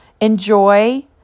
enjoy